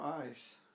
eyes